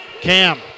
Cam